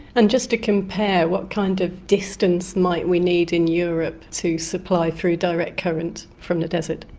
and just to compare, what kind of distance might we need in europe to supply through direct current from the desert?